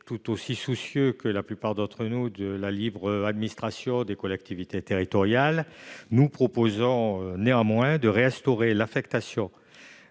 tout aussi soucieux que la plupart d'entre nous de la libre administration des collectivités territoriales. Nous proposons néanmoins de réinstaurer l'affectation